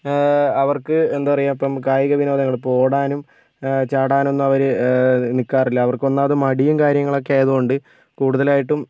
അവർക്ക് എന്താ പറയുക ഇപ്പം കായിക വിനോദം എന്നുപറഞ്ഞാൽ ഇപ്പം ഓടാനും ചാടാൻ ഒന്നും അവര് നിക്കാറില്ല അവർക്ക് ഒന്നാമത് മടിയും കാര്യങ്ങളൊക്കെ ആയതുകൊണ്ട് കൂടുതലായിട്ടും